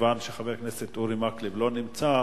כיוון שחבר הכנסת אורי מקלב לא נמצא,